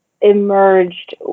emerged